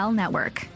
network